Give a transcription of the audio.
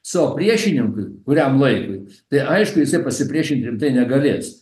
savo priešininkui kuriam laikui tai aišku jisai pasipriešint rimtai negalės